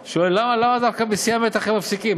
שואל: למה דווקא בשיא המתח הם מפסיקים?